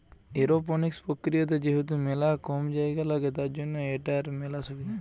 aeroponics প্রক্রিয়াতে যেহেতু মেলা কম জায়গা লাগে, তার জন্য এটার মেলা সুবিধা